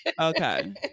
Okay